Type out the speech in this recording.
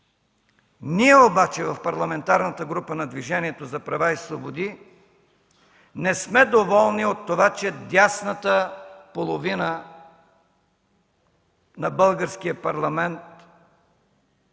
Ние обаче в Парламентарната група на Движението за права и свободи не сме доволни от това, че дясната половина на Българския парламент